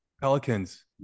Pelicans